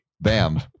Bam